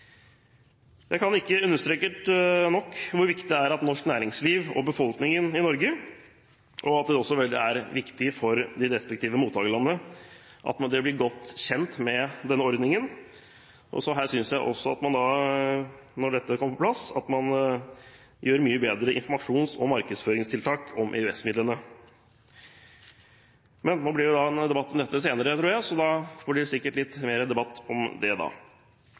Jeg kan ikke få understreket nok hvor viktig det er at norsk næringsliv og befolkningen i Norge, og de respektive mottakerlandene, blir godt kjent med denne ordningen. Her synes jeg, når dette kommer på plass, at det må gjøres mye bedre informasjons- og markedsføringstiltak om EØS-midlene. Men det blir en debatt om dette senere, tror jeg, så da blir det sikkert litt mer om det da.